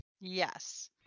Yes